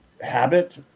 habit